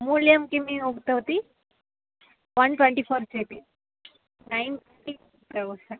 मूल्यं किमिति उक्तवती one twenty four G B nine six thousand